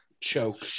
choke